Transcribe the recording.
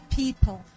people